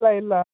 ಇಲ್ಲ ಇಲ್ಲ